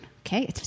Okay